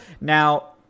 Now